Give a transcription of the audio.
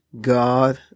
God